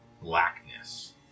blackness